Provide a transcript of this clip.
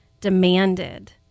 demanded